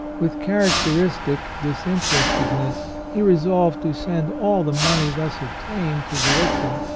with characteristic disinterested ness he resolved to send all the money thus obtained to gallitzin,